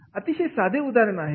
अतिशय साधे उदाहरण आहे हे